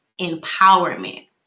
empowerment